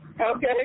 Okay